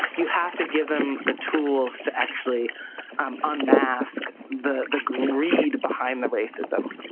you have to give them the tools to actually um unmask the the greed behind the racism.